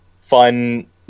fun